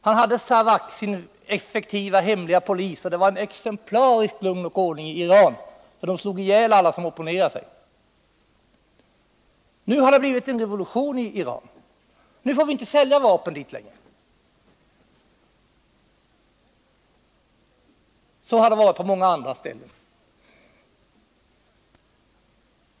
Han hade sin effektiva hemliga polis SAVAK, varför det var ett exemplariskt lugn och en exemplarisk ordning i Iran — SAVAK slog ihjäl alla som opponerade sig. Nu har det blivit en revolution i Iran, så nu får vi inte sälja vapen dit längre. Så har det varit också på många andra ställen.